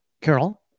Carol